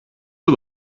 you